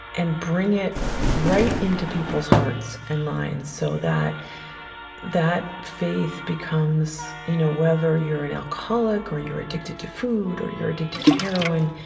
and bring it right into people's hearts and minds so that that faith becomes, you know, whether you're an alcoholic or you're addicted to food or you're addicted to heroin,